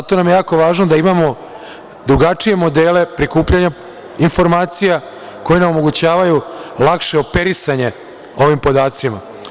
Zato nam je jako važno da imao drugačije modele prikupljanja informacija koje nam omogućavaju lakše operisanje ovim podacima.